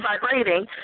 vibrating